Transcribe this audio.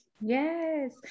Yes